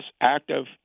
active